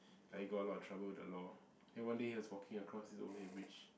like he got a lot of trouble with the law then one day he was walking across this overhead bridge